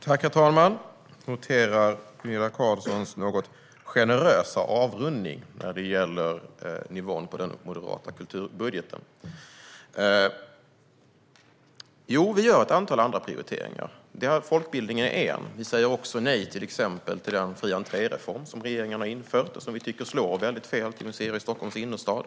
Herr talman! Jag noterar Gunilla Carlssons något generösa avrundning när det gäller nivån på den moderata kulturbudgeten. Vi gör ett antal andra prioriteringar, varav folkbildningen är en. Vi säger också nej till den fri entré-reform som regeringen har genomfört och som vi tycker slår fel och gynnar museerna i Stockholms innerstad.